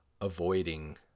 avoiding